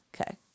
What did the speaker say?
okay